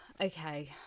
Okay